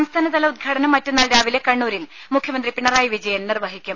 സംസ്ഥാനതല ഉദ്ഘാടനം മറ്റന്നാൾ രാവിലെ കണ്ണൂരിൽ മുഖ്യമന്ത്രി പിണറായി വിജയൻ നിർവഹിക്കും